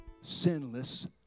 sinless